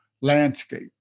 landscape